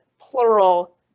plural